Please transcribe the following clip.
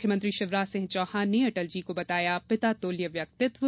मुख्यमंत्री शिवराज सिंह चौहान ने अटल जी को बताया पिता तुल्य व्यक्तित्व